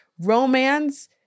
romance